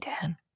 Dan